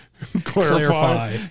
clarify